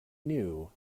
knew